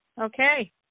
Okay